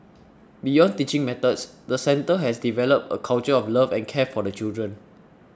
beyond teaching methods the centre has developed a culture of love and care for the children